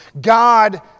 God